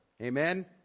Amen